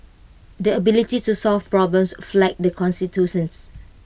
the ability to solve problems flagged the constituents